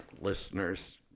Listeners